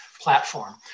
platform